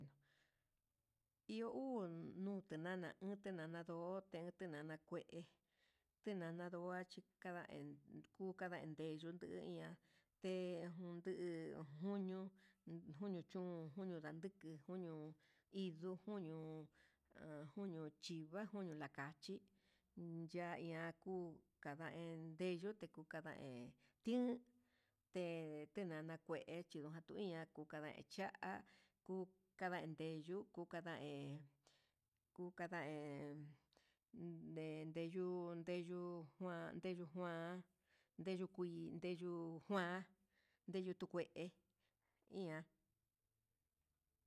Iho uu nuu tinana tenana ndó tenana kué, tenana nduachi kanan ku kandan ndeyuu nduu iha té junduu, junio chún junio ndandeke iñu njunió ha njunio chiva njunio he lakaji ya'a ian nguu kendeyo tekuu kanda he tin, te tenana kué chinakuia kukande cha'a kuu kandandeyu yuku ka hé, kuu kanda hé nde ndeyu, ndeyu kuan ndeyu kui ndeyu kuan ndeyu tu kué ian.